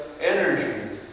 energy